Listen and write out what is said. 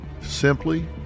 simply